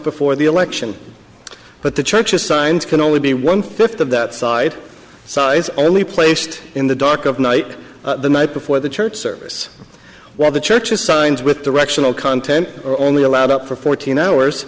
before the election but the church assigns can only be one fifth of that side size only placed in the dark of night the night before the church service one of the churches signs with directional content are only allowed up for fourteen hours